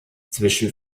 zwischen